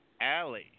Alley